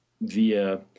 via